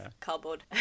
cardboard